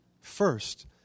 First